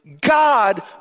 God